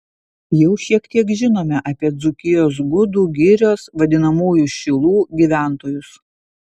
jau šiek tiek žinome apie dzūkijos gudų girios vadinamųjų šilų gyventojus